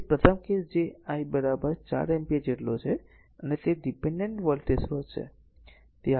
તેથી પ્રથમ કેસ જે I 4 એમ્પીયર જેટલો છે અને તે ડીપેનડેન્ટ વોલ્ટેજ સ્રોત છે